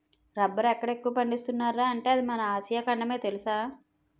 రబ్బరెక్కడ ఎక్కువ పండిస్తున్నార్రా అంటే అది మన ఆసియా ఖండమే తెలుసా?